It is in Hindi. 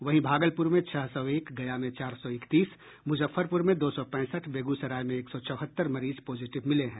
वहीं भागलपुर में छह सौ एक गया में चार सौ इकतीस मुजफ्फरपुर में दो सौ पैंसठ बेगूसराय में एक सौ चौहत्तर मरीज पॉजिटिव मिले हैं